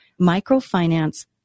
microfinance